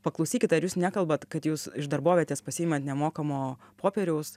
paklausykit ar jūs nekalbat kad jūs iš darbovietės pasiimat nemokamo popieriaus